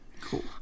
Cool